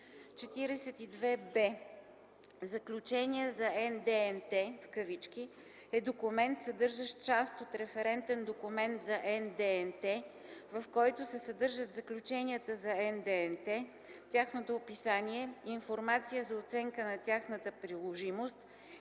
42б. „Заключения за НДНТ“ е документ, съдържащ част от референтен документ за НДНТ, в който се съдържат заключенията за НДНТ, тяхното описание, информация за оценка на тяхната приложимост, емисионните